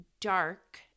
dark